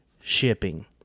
shipping